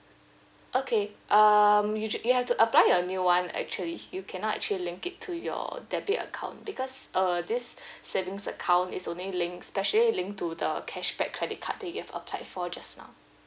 okay um usua~ you have to apply a new one actually you cannot actually link it to your debit account because uh this savings account is only link specially linked to the cashback credit card that you get applied for just now